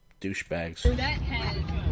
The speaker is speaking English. douchebags